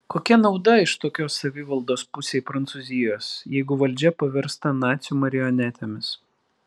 kokia nauda iš tokios savivaldos pusei prancūzijos jeigu valdžia paversta nacių marionetėmis